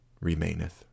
remaineth